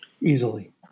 Easily